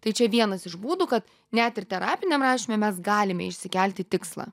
tai čia vienas iš būdų kad net ir terapiniam rašyme mes galime išsikelti tikslą